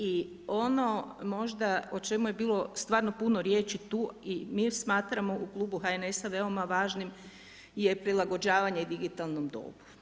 I ono možda o čemu je bilo stvarno puno riječi tu i mi smatramo u Klubu HNS-a veoma važnim je prilagođavanje digitalnom dobu.